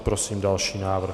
Prosím další návrh.